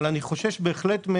אבל אני חושש בהחלט.